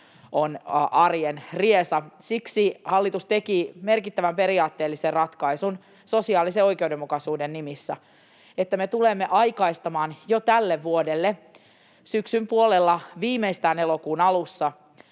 on arjen riesa. Siksi hallitus teki merkittävän periaatteellisen ratkaisun sosiaalisen oikeudenmukaisuuden nimissä: me tulemme aikaistamaan jo tälle vuodelle, syksyn puolella, viimeistään elokuun alussa,